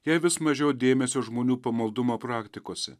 jai vis mažiau dėmesio žmonių pamaldumo praktikose